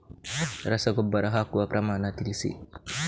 ರಸಗೊಬ್ಬರ ಹಾಕುವ ಪ್ರಮಾಣ ತಿಳಿಸಿ